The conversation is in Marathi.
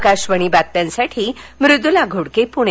आकाशवाणी बातम्यांसाठी मृदुला घोडके पुणे